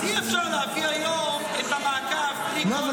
אז אי-אפשר להביא היום את המעקב בלי כל התנאים --- לא,